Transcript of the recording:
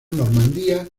normandía